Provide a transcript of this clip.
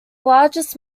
largest